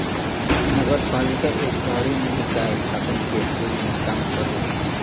नगरपालिका एक शहरी निकाय शासन के रूप में काम करला